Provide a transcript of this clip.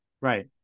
Right